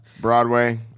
Broadway